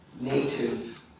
Native